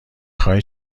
خوای